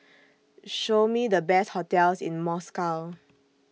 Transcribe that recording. Show Me The Best hotels in Moscow